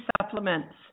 supplements